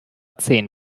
zehn